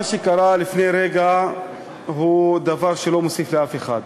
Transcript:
מה שקרה לפני רגע הוא דבר שלא מוסיף לאף אחד,